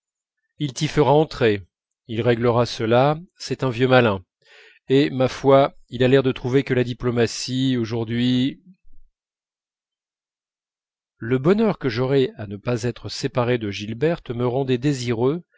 il t'y fera entrer il réglera cela c'est un vieux malin et ma foi il a l'air de trouver que la diplomatie aujourd'hui le bonheur que j'aurais à ne pas être séparé de gilberte me rendait désireux